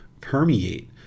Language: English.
permeate